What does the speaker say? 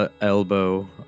elbow